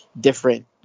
different